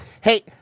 Hey